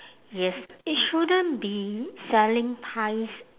yes it shouldn't be selling pies